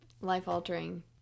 life-altering